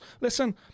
listen